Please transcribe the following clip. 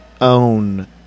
own